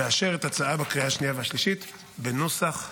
ולאשר את ההצעה בקריאה השנייה והשלישית בנוסח הוועדה.